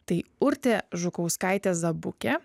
tai urtė žukauskaitė zabukė